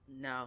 No